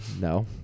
No